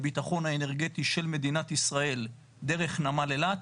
הבטחון האנרגטי של מדינת ישראל דרך נמל אילת,